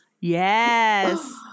yes